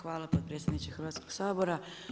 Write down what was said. Hvala potpredsjedniče Hrvatskog sabora.